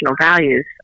values